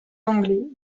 anglais